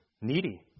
needy